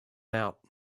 out